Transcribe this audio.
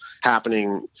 happening